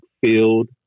field